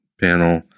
panel